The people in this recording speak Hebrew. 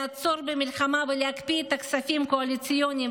לעצור במלחמה ולהקפיא את הכספים הקואליציוניים,